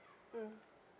mm